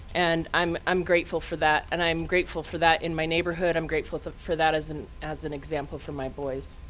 and i'm i'm grateful for that. and i'm grateful for that in my neighborhood. i'm grateful for that as an as an example for my boys.